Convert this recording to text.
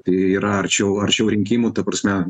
tai yra arčiau arčiau rinkimų ta prasme